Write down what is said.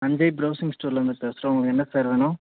Sanjay browsing ஸ்டார்லேருந்து பேசுகிறோம் உங்களுக்கு என்ன சார் வேணும்